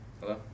Hello